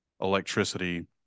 electricity